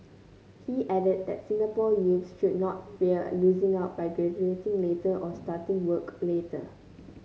he added that Singapore youths should not fear losing out by graduating later or starting work later